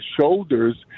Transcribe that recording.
shoulders